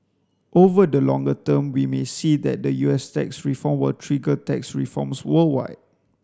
over the longer term we may see that the U S tax reform will trigger tax reforms worldwide